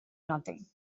nothing